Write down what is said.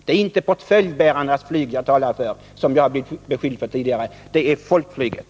Det är inte portföljbärarnas flyg jag talar för — som jag tidigare blivit beskylld för att göra — utan det är folkflyget.